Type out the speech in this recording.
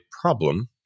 problem